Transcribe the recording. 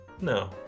no